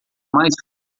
mais